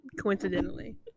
coincidentally